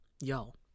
Y'all